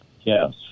Yes